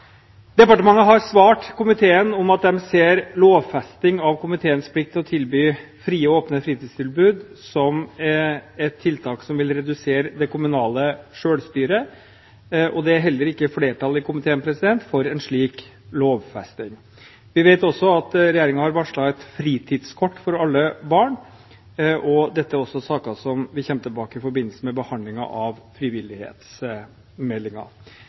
Departementet har svart komiteen at de ser lovfesting av kommunenes plikt til å tilby frie og åpne fritidstilbud som et tiltak som vil redusere det kommunale selvstyret, og det er heller ikke flertall i komiteen for en slik lovfesting. Vi vet også at regjeringen har varslet et fritidskort for alle barn, og dette er saker vi kommer tilbake til i forbindelse med behandlingen av